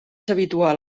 habitual